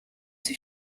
sie